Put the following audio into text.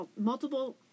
multiple